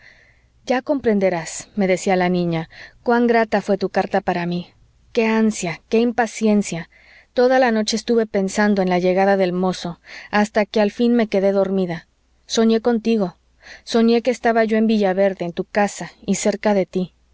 ya comprenderás me decía la niña cuan grata fué tu carta para mí qué ansia qué impaciencia toda la noche estuve pensando en la llegada del mozo hasta que al fín me quedé dormida soñé contigo soñé que estaba yo en villaverde en tu casa y cerca de tí